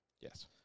Yes